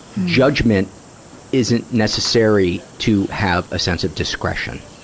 judgment isn't necessary to have a sense of discretion.